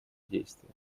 действия